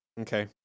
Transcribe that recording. Okay